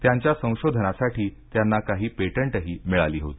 त्यांच्या संशोधनासाठी त्यांना काही पेटंटही मिळाली होती